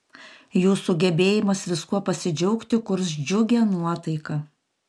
jūsų gebėjimas viskuo pasidžiaugti kurs džiugią nuotaiką